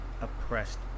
oppressed